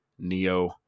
Neo